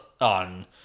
on